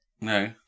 no